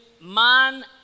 man